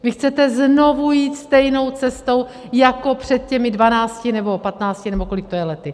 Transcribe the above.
Vy chcete znovu jít stejnou cestou jako před těmi dvanácti, nebo patnácti nebo kolik to je lety.